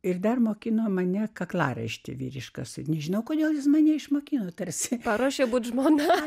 ir dar mokino mane kaklaraištį vyriškas nežino kodėl jis mane išmokino tarsi paruošė būti žmona